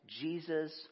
Jesus